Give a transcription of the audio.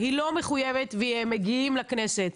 היא לא מחויבת והם מגיעים לכנסת.